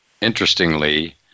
interestingly